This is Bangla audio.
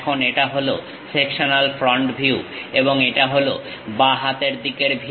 এখন এটা হলো সেকশনাল ফ্রন্ট ভিউ এবং এটা হলো বাঁ হাতের দিকে ভিউ